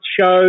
Show